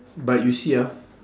but you see ah